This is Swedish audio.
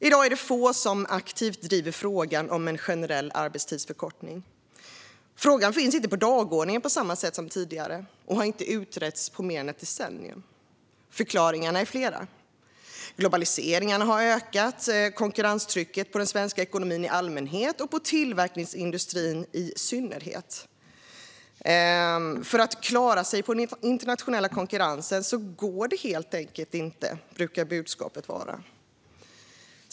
I dag är det få som aktivt driver frågan om en generell arbetstidsförkortning. Frågan finns inte på dagordningen på samma sätt som tidigare och har inte utretts på mer än ett decennium. Förklaringarna är flera. Globaliseringen har ökat konkurrenstrycket på den svenska ekonomin i allmänhet och på tillverkningsindustrin i synnerhet. För att klara sig i den internationella konkurrensen går det helt enkelt inte, brukar budskapet vara.